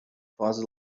fuzzy